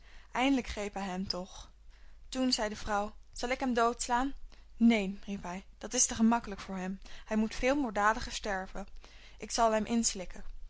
eindelijk greep hij hem toch toen zei de vrouw zal ik hem doodslaan neen riep hij dat is te gemakkelijk voor hem hij moet veel moorddadiger sterven ik zal hem inslikken